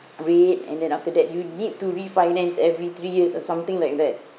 rate and then after that you need to refinance every three years or something like that